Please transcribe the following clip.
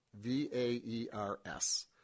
V-A-E-R-S